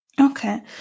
Okay